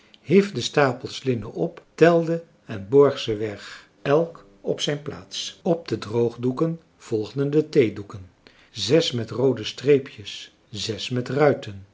hief de stapels linnen op telde en borg ze weg elk op zijn plaats op de droogdoeken volgden de theedoeken zes met roode streepjes zes met ruiten